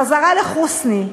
חזרה לחוסני.